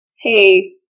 hey